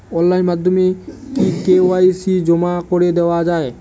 Online মাধ্যমে কি KYC জমা করে দেওয়া য়ায়?